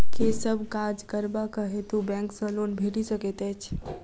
केँ सब काज करबाक हेतु बैंक सँ लोन भेटि सकैत अछि?